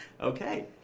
Okay